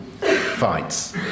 fights